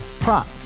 Prop